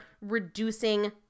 reducing